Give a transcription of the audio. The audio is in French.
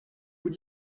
vous